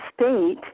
state